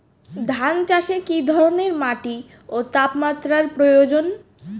ধান চাষে কী ধরনের মাটি ও তাপমাত্রার প্রয়োজন?